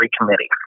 committee